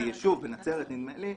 בנצרת נדמה לי,